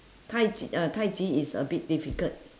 tai chi ah tai chi is a bit difficult